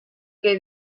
que